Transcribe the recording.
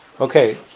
Okay